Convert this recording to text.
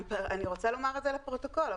אני רוצה לומר את זה לפרוטוקול.